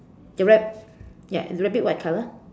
the rab~ ya rabbit white color